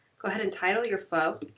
go ahead and title your flow.